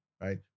right